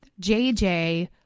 JJ